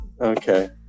Okay